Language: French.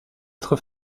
être